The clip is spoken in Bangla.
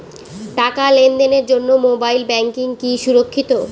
টাকা লেনদেনের জন্য মোবাইল ব্যাঙ্কিং কি সুরক্ষিত?